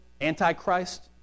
Anti-Christ